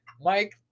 mike